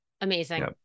Amazing